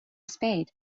spade